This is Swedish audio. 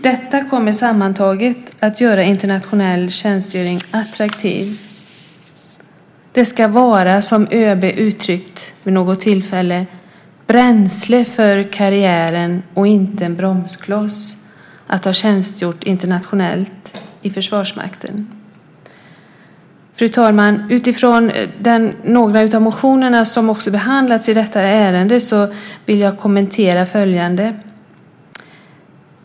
Detta kommer sammantaget att göra internationell tjänstgöring attraktiv. Det ska, som ÖB uttryckt det vid något tillfälle, vara bränsle för karriären och inte en bromskloss att ha tjänstgjort internationellt i Försvarsmakten. Fru talman! Utifrån några av de motioner som behandlas i detta ärende vill jag göra följande kommentarer.